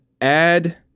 add